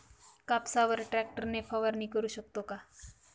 कापसावर ट्रॅक्टर ने फवारणी करु शकतो का?